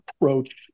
approach